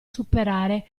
superare